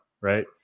right